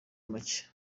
make